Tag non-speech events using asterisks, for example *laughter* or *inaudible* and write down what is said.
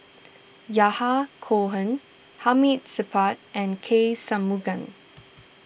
Yahya Cohen Hamid Supaat and K Shanmugam *noise*